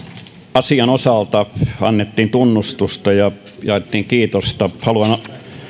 asian osalta annettiin tunnustusta ja jaettiin kiitosta haluan